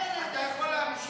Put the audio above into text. אתה יכול להמשיך.